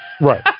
right